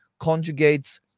conjugates